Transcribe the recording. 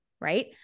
right